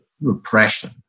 repression